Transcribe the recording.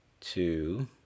two